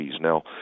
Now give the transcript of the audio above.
now